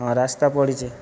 ହଁ ରାସ୍ତା ପଡ଼ିଛି